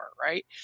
right